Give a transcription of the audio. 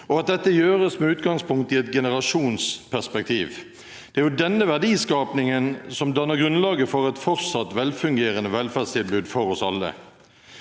dette gjøres med utgangspunkt i et generasjonsperspektiv. Det er jo denne verdiskapingen som danner grunnlaget for et fortsatt velfungerende velferdstilbud for oss alle.